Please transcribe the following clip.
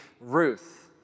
Ruth